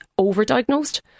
overdiagnosed